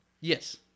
Yes